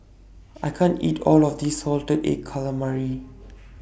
I can't eat All of This Salted Egg Calamari